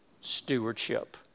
stewardship